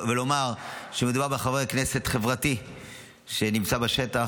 ולומר שמדובר בחבר כנסת חברתי שנמצא בשטח,